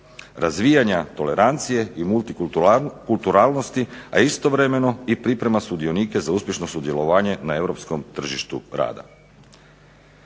razvijanja tolerancije i multikulturalnosti, a istovremeno i priprema sudionike za uspješno sudjelovanje na europskom tržištu rada.